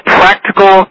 practical